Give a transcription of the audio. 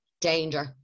danger